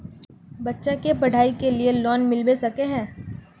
बच्चा के पढाई के लिए लोन मिलबे सके है?